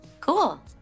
Cool